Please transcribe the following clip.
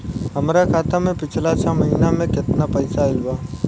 हमरा खाता मे पिछला छह महीना मे केतना पैसा आईल बा?